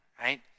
right